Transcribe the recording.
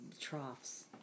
troughs